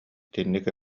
итинник